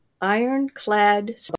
ironclad